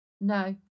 No